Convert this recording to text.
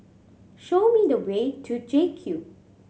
show me the way to JCube